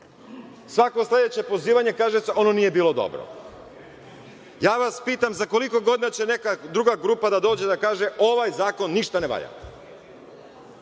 Svako sledeće pozivanje kaže – ono nije bilo dobro. Pitam vas – za koliko godina će neka druga grupa da dođe i da kaže da ovaj zakon ništa ne valja?